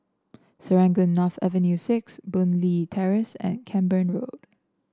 Serangoon North Avenue Six Boon Leat Terrace and Camborne Road